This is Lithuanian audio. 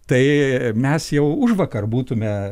tai mes jau užvakar būtume